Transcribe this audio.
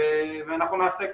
ונעשה כך.